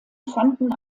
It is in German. fanden